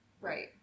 Right